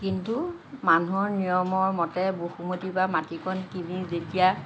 কিন্তু মানুহৰ নিয়মৰ মতে বসুমতীৰ পৰা মাটিকণ কিনি যেতিয়া